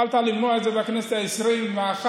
יכולת למנוע את זה בכנסת העשרים-ואחת,